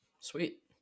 Sweet